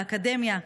באקדמיה,